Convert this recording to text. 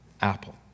apple